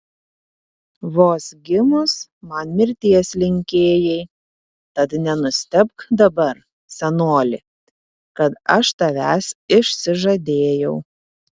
vos gimus man mirties linkėjai tad nenustebk dabar senoli kad aš tavęs išsižadėjau